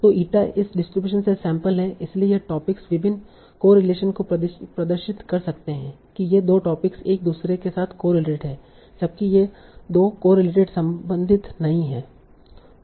तो ईटा इस डिस्ट्रीब्यूशन से सैंपल हैं इसलिए यह टॉपिक्स विभिन्न कोरिलेशन को प्रदर्शित कर सकते हैं कि ये 2 टोपिक एक दूसरे के साथ कोरिलेटेड हैं जबकि ये 2 कोरिलेटेड संबंधित नहीं हैं